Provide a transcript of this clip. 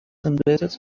embedded